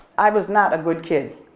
i was not a good kid.